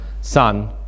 son